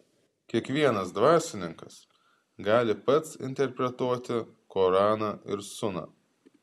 kiekvienas dvasininkas gali pats interpretuoti koraną ir suną